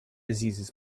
diseases